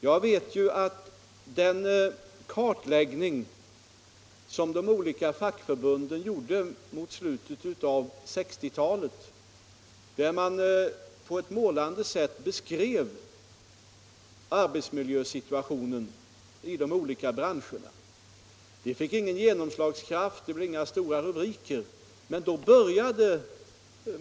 Jag vet att den kartläggning som de olika fackförbunden gjorde i slutet av 1960-talet, där man på ett må Om bättre arbetsmiljö Om bättre arbetsmiljö lande sätt beskrev arbetsmiljösituationen i de olika branscherna, inte fick någon riktig genomslagskraft; det blev inga stora rubriker av dessa saker.